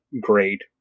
great